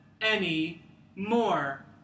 anymore